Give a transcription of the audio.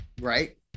Right